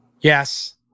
Yes